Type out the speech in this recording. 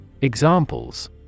Examples